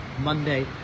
Monday